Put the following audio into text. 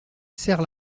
serre